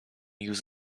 use